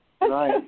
Right